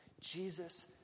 Jesus